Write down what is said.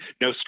no